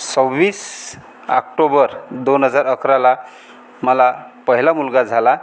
सव्वीस आक्टोबर दोन हजार अकराला मला पहिला मुलगा झाला